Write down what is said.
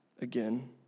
again